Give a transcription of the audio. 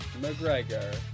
McGregor